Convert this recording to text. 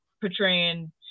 portraying